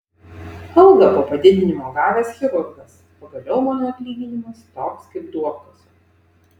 algą po padidinimo gavęs chirurgas pagaliau mano atlyginimas toks kaip duobkasio